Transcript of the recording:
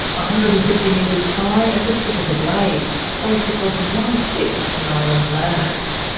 ah hundred and fifty metres high at the tip of the blade, spaced across one-fifth of king island's landmass.